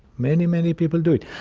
many, many people do it.